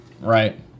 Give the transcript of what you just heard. right